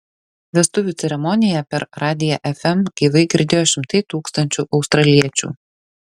vestuvių ceremoniją per radiją fm gyvai girdėjo šimtai tūkstančių australiečių